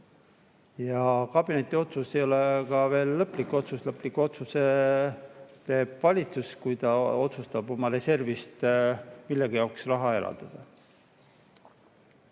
Ja kabineti otsus ei ole ka veel lõplik otsus. Lõpliku otsuse teeb valitsus, kui ta otsustab oma reservist millegi jaoks raha